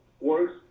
Works